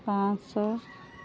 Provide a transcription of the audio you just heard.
ପାଞ୍ଚଶହ